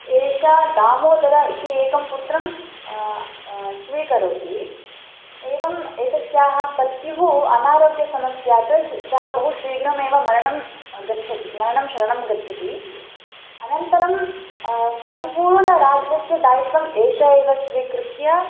एषा दामोदर इति एकं पुत्रं स्वीकरोति एवम् एतस्याः पत्युः अनारोग्यसमस्यात् सः बहु शीघ्रमेव मरणं गच्छति मरणं शरणं गच्छति अनन्तरं सम्पूर्णराज्यस्य दायित्वम् एषा एव स्वीकृत्य